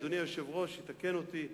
ואדוני היושב-ראש יתקן אותי,